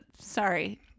Sorry